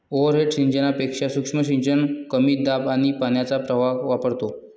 overhead सिंचनापेक्षा सूक्ष्म सिंचन कमी दाब आणि पाण्याचा प्रवाह वापरतो